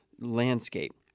landscape